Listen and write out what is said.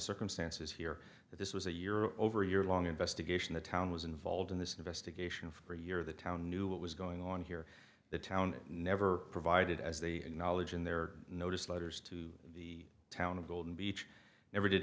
circumstances here that this was a year over year long investigation the town was involved in this investigation for a year the town knew what was going on here the town never provided as they knowledge in their notice letters to the town of golden beach never did